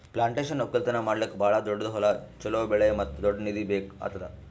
plantation ಒಕ್ಕಲ್ತನ ಮಾಡ್ಲುಕ್ ಭಾಳ ದೊಡ್ಡುದ್ ಹೊಲ, ಚೋಲೋ ಬೆಳೆ ಮತ್ತ ದೊಡ್ಡ ನಿಧಿ ಬೇಕ್ ಆತ್ತುದ್